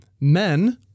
Men